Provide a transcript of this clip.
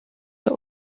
der